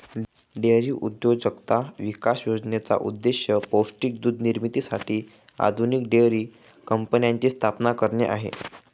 dairy उद्योजकता विकास योजनेचा उद्देश पौष्टिक दूध निर्मितीसाठी आधुनिक डेअरी कंपन्यांची स्थापना करणे आहे